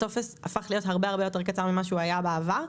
הטופס הפך להיות הרבה הרבה יותר קצר ממה שהוא היה בעבר,